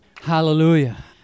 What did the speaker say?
Hallelujah